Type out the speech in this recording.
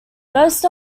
most